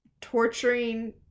torturing